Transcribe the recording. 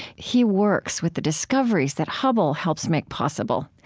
he works with the discoveries that hubble helps make possible.